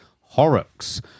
Horrocks